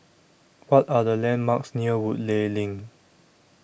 What Are The landmarks near Woodleigh LINK